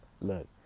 Look